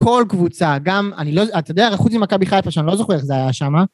כל קבוצה, גם, אני לא, אתה יודע, חוץ ממכבי חיפה, שאני לא זוכר איך זה היה שמה...